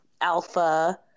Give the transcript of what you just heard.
Alpha